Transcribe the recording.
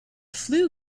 flue